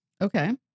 Okay